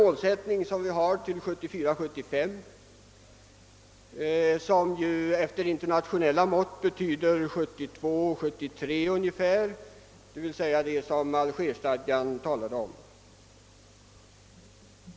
Målsättningen 1974 73.